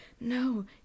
No